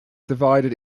divided